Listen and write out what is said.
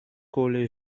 kohle